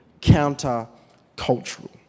counter-cultural